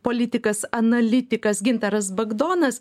politikas analitikas gintaras bagdonas